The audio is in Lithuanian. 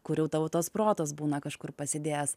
kur jau tavo tas protas būna kažkur pasidėjęs